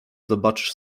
zobaczysz